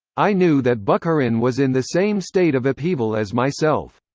i knew that bukharin was in the same state of upheaval as myself.